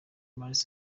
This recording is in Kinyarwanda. mars